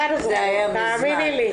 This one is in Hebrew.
מזמן.